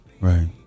Right